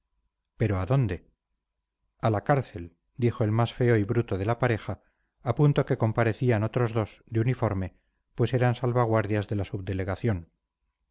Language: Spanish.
pero a dónde a la cárcel dijo el más feo y bruto de la pareja a punto que comparecían otros dos de uniforme pues eran salvaguardias de la subdelegación